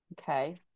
okay